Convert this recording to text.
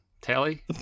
tally